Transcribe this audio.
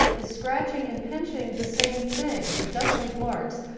is scratching and pinching the same thing? it does leave marks.